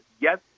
yes